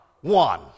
One